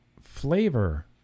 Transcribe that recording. flavor